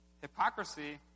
Hypocrisy